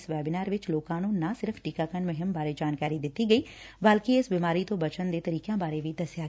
ਇਸ ਵੈਬਿਨਾਰ ਵਿੱਚ ਲੋਕਾ ਨੂੰ ਨਾ ਸਿਰਫ ਟੀਕਾਕਰਨ ਮੁਹਿੰਮ ਬਾਰੇ ਜਾਣਕਾਰੀ ਦਿੱਤੀ ਗਈ ਬਲਕਿ ਇਸ ਬਿਮਾਰੀ ਤੋਂ ਬੱਚਣ ਦੇ ਤਰੀਕਿਆਂ ਬਾਰੇ ਵੀ ਦੱਸਿਆ ਗਿਆ